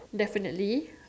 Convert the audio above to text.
definitely